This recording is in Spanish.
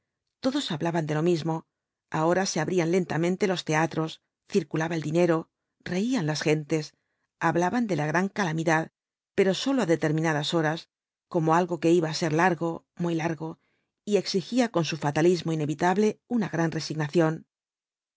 todos hablaban de lo mismo ahora se abrían lentamente los teatros circulaba el dinero reían las gentes hablaban de la gran calamidad pero sólo á determinadas horas como algo que iba á ser largo muy largo y exigía con su fatalismo inevitable una gran resignación